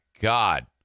God